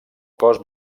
cos